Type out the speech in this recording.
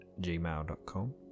gmail.com